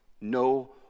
no